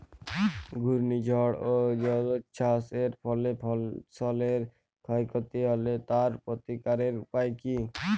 ঘূর্ণিঝড় ও জলোচ্ছ্বাস এর ফলে ফসলের ক্ষয় ক্ষতি হলে তার প্রতিকারের উপায় কী?